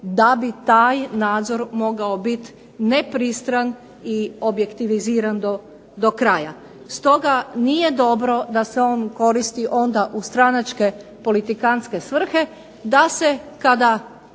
da bi taj nadzor mogao biti nepristran i objektiviziran do kraja. Stoga nije dobro da se on koristi onda u stranačke politikantske svrhe, da se kada